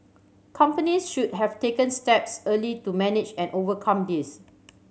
companies should have taken steps early to manage and overcome this